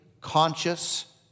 conscious